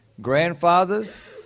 grandfathers